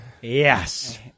Yes